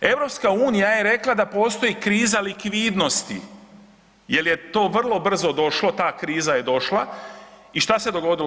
EU je rekla da postoji kriza likvidnosti jer je to vrlo brzo došlo, ta kriza je došla i šta se dogodilo?